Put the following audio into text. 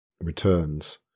returns